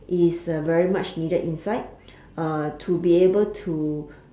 is uh very much needed inside uh to be able to